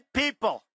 people